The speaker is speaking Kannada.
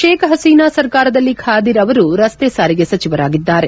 ಶೇಖ್ ಹಸೀನಾ ಸರ್ಕಾರದಲ್ಲಿ ಖಾದೀರ್ ಅವರು ರಸ್ತೆ ಸಾರಿಗೆ ಸಚಿವರಾಗಿದ್ದಾರೆ